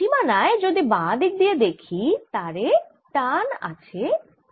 সীমানায় যদি বাঁ দিক দিয়ে দেখি তারে টান আছে T